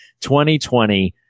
2020